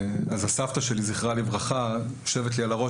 הסבתא שלי זכרה לברכה יושבת לי על הראש